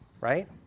right